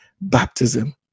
baptism